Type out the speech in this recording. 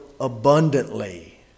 abundantly